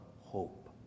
hope